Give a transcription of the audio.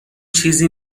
چیزی